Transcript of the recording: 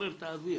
לשחרר את האוויר.